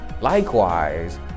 Likewise